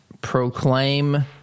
proclaim